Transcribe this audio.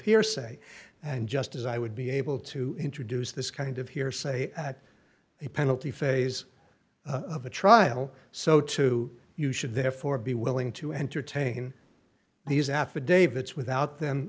hearsay and just as i would be able to introduce this kind of hearsay at a penalty phase of a trial so to you should therefore be willing to entertain these affidavits without them